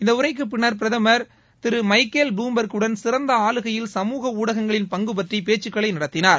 இந்த உரைக்கு பின்னர் பிரதமர் திரு மைக்கேல் புளும்பெர்குடன் சிறந்த ஆளுகையில் சமூக ஊடகங்களின் பங்கு பற்றி பேச்சுக்களை நடத்தினார்